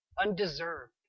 undeserved